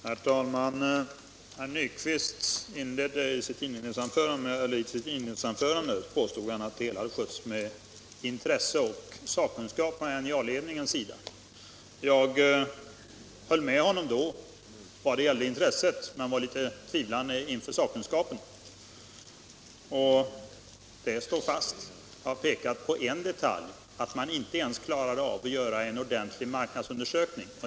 Herr talman! Herr Nyquist påstod i sitt inledande anförande att det hela hade skötts med intresse och sakkunskap från NJA-ledningens sida. Jag höll med honom då vad det gällde intresset men var litet tvivlande i fråga om sakkunskapen, och det står fast. Jag har pekat på en detalj: att man inte ens klarade av att göra en ordentlig marknadsundersökning.